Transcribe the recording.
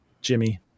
Jimmy